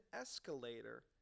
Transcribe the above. escalator